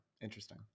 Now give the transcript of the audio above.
interesting